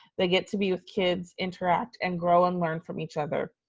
they get to be with kids, interact, and grow and learn from each other.